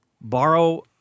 borrow